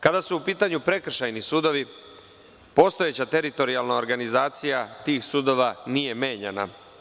Kada su u pitanju prekršajni sudovi, postojeća teritorijalna organizacija tih sudova nije menjana.